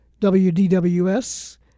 WDWS